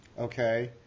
Okay